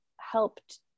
helped